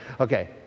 okay